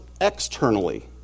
externally